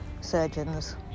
Surgeons